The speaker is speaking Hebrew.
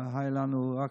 היו לנו רק